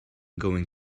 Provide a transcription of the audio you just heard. going